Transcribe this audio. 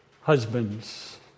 husbands